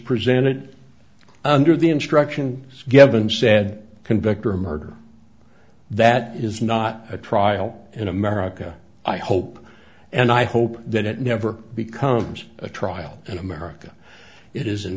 presented under the instruction given said convict her of murder that is not a trial in america i hope and i hope that it never becomes a trial in america it is in